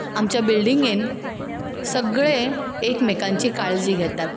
आमच्या बिल्डिंगेंत सगळे एकमेकांची काळजी घेतात